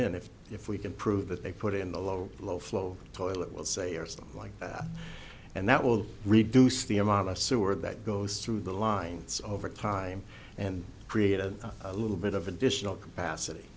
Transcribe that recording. in if if we can prove that they put in the low low flow toilet we'll say or stuff like that and that will reduce the amount of sewer that goes through the lines over time and create a little bit of additional capacity